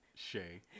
Shay